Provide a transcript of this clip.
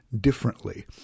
differently